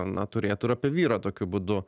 na turėtų ir apie vyrą tokiu būdu